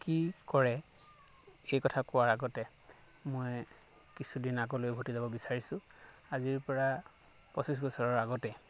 কি কৰে এই কথা কোৱাৰ আগতে মই কিছুদিন আগলৈ উভটি যাবলৈ বিচাৰিছোঁ আজিৰ পৰা পঁচিছ বছৰ আগতে